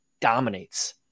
dominates